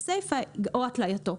בסיפה להוסיף את המלים "או התלייתו",